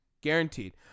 guaranteed